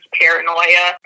paranoia